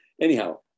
anyhow